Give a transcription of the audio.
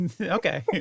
Okay